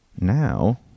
Now